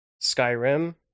Skyrim